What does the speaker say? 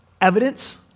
evidence